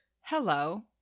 Hello